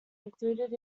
included